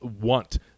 want